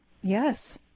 Yes